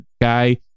guy